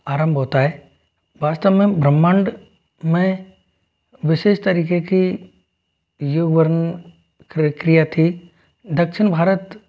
आरंभ होता है वास्तव में ब्रह्मांड में विशेष तरीक़े की यूँ वर्ण प्रक्रिया थी दक्षिण भारत